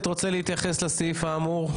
רוצה להתייחס לסעיף האמור?